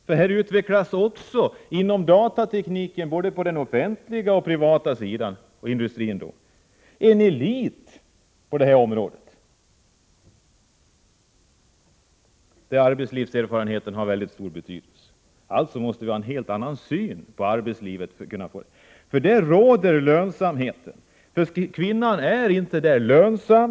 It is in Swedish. Det utvecklas också inom datatekniken, både på den offentliga och på den privata sidan — och inom industrin — en elit på detta område, där arbetslivserfarenheten har mycket stor betydelse. Vi måste alltså ha en helt annan syn på arbetslivet. Där råder lönsamheten. Kvinnan är inte lönsam.